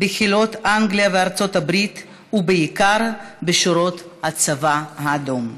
בחילות אנגליה וארצות הברית ובעיקר בשורות הצבא האדום.